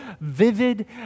vivid